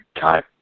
God